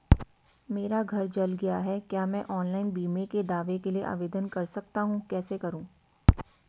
मेरा घर जल गया है क्या मैं ऑनलाइन बीमे के दावे के लिए आवेदन कर सकता हूँ कैसे करूँ?